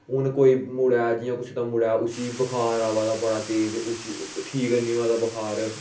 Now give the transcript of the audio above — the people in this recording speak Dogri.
हून कोई मुड़ा ऐ जियां कुसे दा मुड़ा ऐ उसी बुखार अबा दा बड़ा तेज उसी ठीक है नी होआ दा बखार